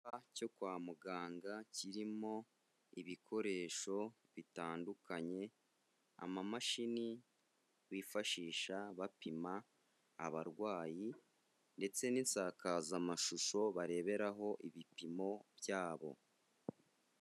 Icyumba cyo kwa muganga kirimo ibikoresho bitandukanye, amamashini bifashisha bapima abarwayi ndetse n'insakazamashusho bareberaho ibipimo byabo.